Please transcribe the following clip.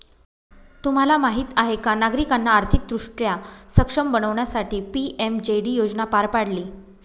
तुम्हाला माहीत आहे का नागरिकांना आर्थिकदृष्ट्या सक्षम बनवण्यासाठी पी.एम.जे.डी योजना पार पाडली